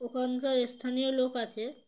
ওখানকার স্থানীয় লোক আছে